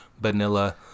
vanilla